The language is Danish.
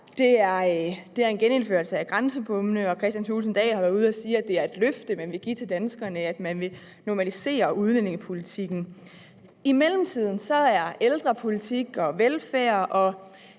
er en genindførelse af grænsebommene, og hr. Kristian Thulesen Dahl har været ude at sige, at det er et løfte, man vil give til danskerne, at man vil normalisere udlændingepolitikken. I mellemtiden er ældrepolitik og velfærd